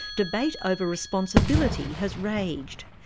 debate over responsibility has raged.